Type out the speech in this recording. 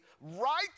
right